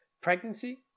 pregnancy